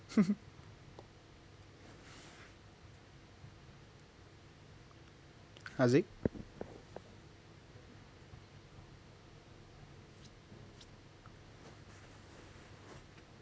haziq